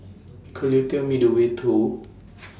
Could YOU Tell Me The Way to